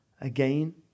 again